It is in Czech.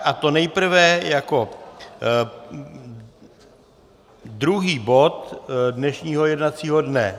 A to nejprve jako druhý bod dnešního jednacího dne.